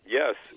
yes